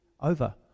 over